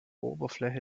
oberfläche